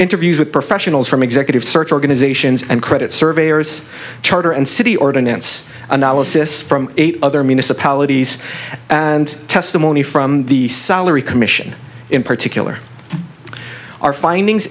interviews with professionals from executive search organizations and credit surveyors charter and city ordinance analysis from eight other municipalities and testimony from the salary commission in particular are fin